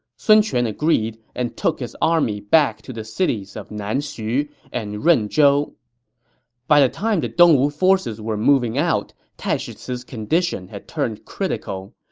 sun quan agreed and took his army back to the cities of nanxu and runzhou. by the time the dongwu forces were moving out, taishi ci's condition had turned critical.